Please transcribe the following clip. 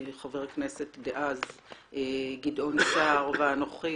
חבר הכנסת דאז גדעון סער ואנוכי,